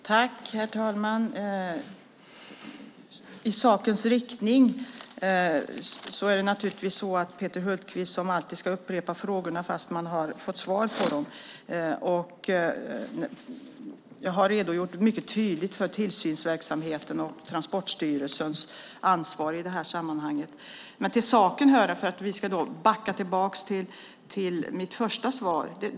Herr talman! I sakens riktning är det naturligtvis så att Peter Hultqvist alltid ska upprepa frågorna fast han har fått svar på dem. Jag har redogjort mycket tydligt för tillsynsverksamheten och Transportstyrelsens ansvar i detta sammanhang. Vi ska backa tillbaka till mitt första svar.